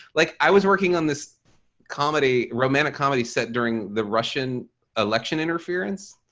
like i was working on this comedy, romantic comedy set during the russian election interference.